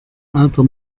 alter